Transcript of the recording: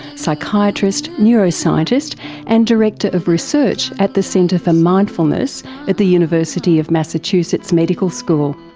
psychiatrist, neuroscientist and director of research at the centre for mindfulness at the university of massachusetts medical school.